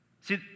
See